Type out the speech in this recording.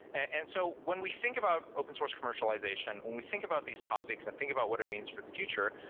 and so when we think about open source commercialization, when we think about these topics and think about what it means for the future,